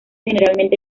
generalmente